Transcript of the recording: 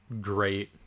great